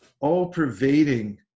all-pervading